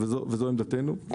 אנחנו מכירים, וזו עמדתנו.